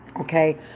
okay